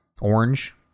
Orange